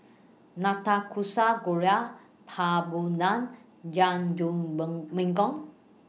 Nanakusa Gayu Papadum